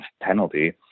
penalty